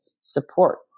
support